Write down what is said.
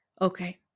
Okay